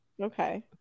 Okay